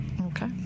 Okay